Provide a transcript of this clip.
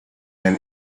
than